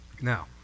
Now